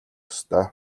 ёстой